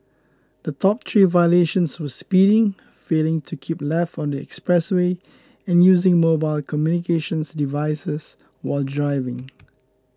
the top three violations were speeding failing to keep left on the expressway and using mobile communications devices while driving